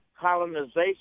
colonization